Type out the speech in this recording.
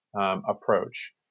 approach